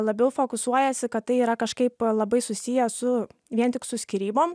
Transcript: labiau fokusuojasi kad tai yra kažkaip labai susiję su vien tik su skyrybom